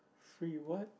free what